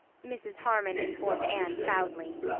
mrs. harmon informed anne proudly.